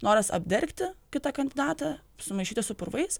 noras apdergti kitą kandidatą sumaišyti su purvais